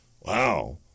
Wow